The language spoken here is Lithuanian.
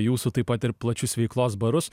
jūsų taip pat ir plačius veiklos barus